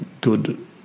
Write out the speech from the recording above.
good